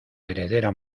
heredera